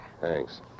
Thanks